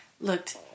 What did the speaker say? looked